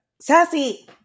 sassy